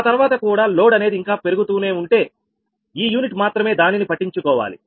ఆ తర్వాత కూడా లోడ్ అనేది ఇంకా పెరుగుతూ ఉంటే ఈ యూనిట్ మాత్రమే దానిని పట్టించుకోవాలి